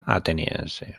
ateniense